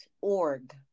org